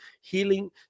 healing